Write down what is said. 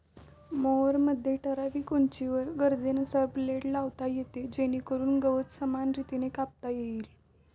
मॉवरमध्ये ठराविक उंचीवर गरजेनुसार ब्लेड लावता येतात जेणेकरून गवत समान रीतीने कापता येईल